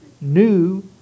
New